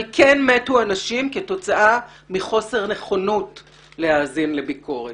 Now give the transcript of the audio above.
אבל כן מתו אנשים כתוצאה מחוסר נכונות להאזין לביקורת.